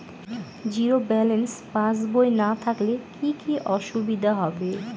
Zero balance পাসবই না থাকলে কি কী অসুবিধা হবে?